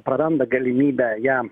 praranda galimybę jam